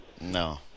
No